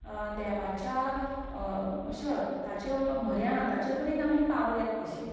देवाच्या असो ताच्या म्हऱ्यांत ताचे कडेन आमी पावल्यात कशीं